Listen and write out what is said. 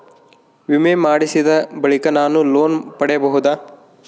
ವಿಮೆ ಮಾಡಿಸಿದ ಬಳಿಕ ನಾನು ಲೋನ್ ಪಡೆಯಬಹುದಾ?